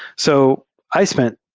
so i spent